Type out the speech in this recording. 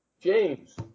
James